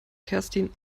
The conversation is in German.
kerstin